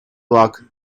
luck